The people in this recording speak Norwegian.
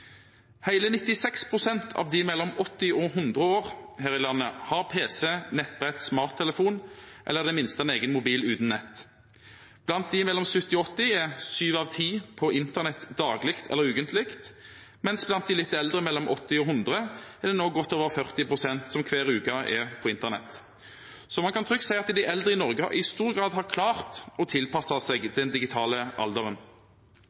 100 år her i landet har pc, nettbrett, smarttelefon eller i det minste en egen mobil uten nett. Blant dem mellom 70 og 80 år er syv av ti på internett daglig eller ukentlig, mens blant de litt eldre, på mellom 80 og 100 år, er det godt over 40 pst. som hver uke er på internett. Så man kan trygt si at de eldre i Norge i stor grad har klart å tilpasse seg den digitale alderen.